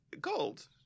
gold